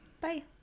Bye